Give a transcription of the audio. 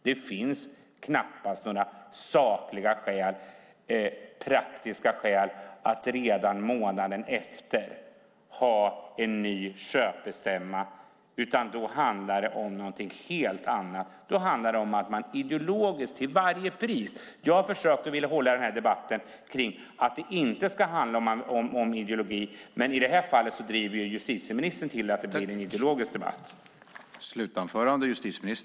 Det finns knappast några sakliga eller praktiska skäl för att redan månaden efter en köpstämma ha en ny köpstämma. Då handlar det om någonting helt annat. Då handlar det om ideologi till varje pris. Jag har försökt och ville att den här debatten inte skulle handla om ideologi, men i det här fallet driver justitieministern det till en ideologisk debatt.